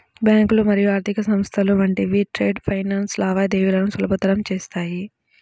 బ్యాంకులు మరియు ఆర్థిక సంస్థలు వంటివి ట్రేడ్ ఫైనాన్స్ లావాదేవీలను సులభతరం చేత్తాయి